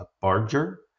Barger